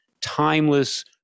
timeless